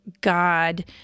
God